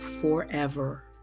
forever